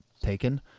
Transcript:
taken